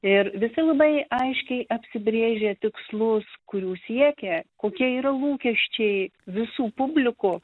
ir visi labai aiškiai apsibrėžia tikslus kurių siekia kokie yra lūkesčiai visų publikų